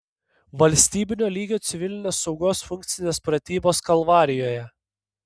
valstybinio lygio civilinės saugos funkcinės pratybos kalvarijoje